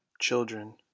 Children